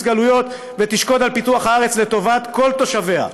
גלויות ותשקוד על פיתוח הארץ לטובת כל תושביה,